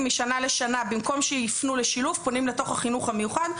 משנה לשנה במקום שיפנו לשילוב פונים לחינוך המיוחד.